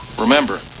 Remember